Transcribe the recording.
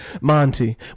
Monty